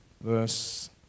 Verse